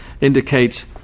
indicates